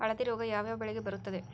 ಹಳದಿ ರೋಗ ಯಾವ ಯಾವ ಬೆಳೆಗೆ ಬರುತ್ತದೆ?